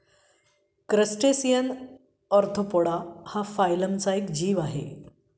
crustacean arthropoda हा फायलमचा एक जीव आहे